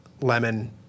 Lemon